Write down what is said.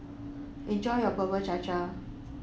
enjoy your Bubur Cha Cha